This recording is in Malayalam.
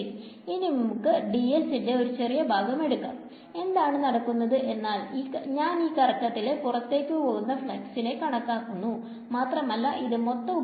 ശെരി ഇനി നമുക്ക് dS ന്റെ ഒരു ചെറിയ ഭാഗം എടുക്കാം എന്താണ് നടക്കുന്നത് എന്നാൽ ഞാൻ ഈ കറക്കത്തിലെ പുറത്തേക്ക് പോകുന്ന ഫ്ലക്സിനെ കണക്കാക്കുന്നു മാത്രമല്ല ഇത് മൊത്ത